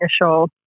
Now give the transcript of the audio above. initial